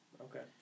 Okay